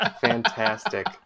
Fantastic